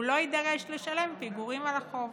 הוא לא יידרש לשלם פיגורים על החוב